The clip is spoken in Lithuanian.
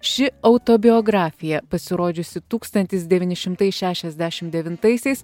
ši autobiografija pasirodžiusi tūkstantis devyni šimtai šešiasdešim devintaisiais